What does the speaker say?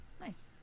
Nice